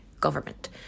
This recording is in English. government